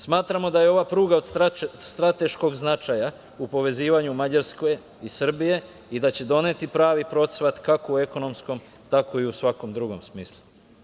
Smatramo da je ova pruga od strateškog značaja u povezivanju Mađarske i Srbije i da će doneti pravi procvat kako u ekonomskom, tako i u svakom drugom smislu.